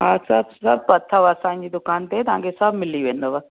हा सभु सभु अथव असांजी दुकान ते तव्हांखे सभु मिली वेंदव